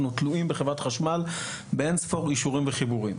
אנחנו תלויים בחברת חשמל באינספור אישורים וחיבורים.